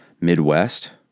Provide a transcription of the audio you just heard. Midwest